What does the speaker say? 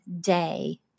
day